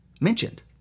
mentioned